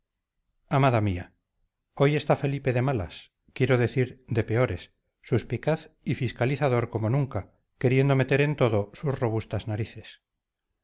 amada mía hoy está felipe de malas quiero decir de peores suspicaz y fiscalizador como nunca queriendo meter en todo sus robustas narices